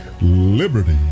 liberty